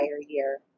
year